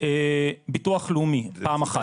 ביטוח לאומי פעם אחת,